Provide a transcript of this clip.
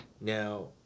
now